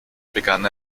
begann